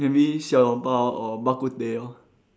maybe 小笼包 or bak-kut-teh lor